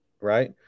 Right